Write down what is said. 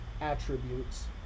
attributes